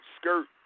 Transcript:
skirt